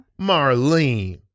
Marlene